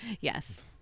yes